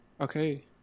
Okay